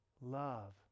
Love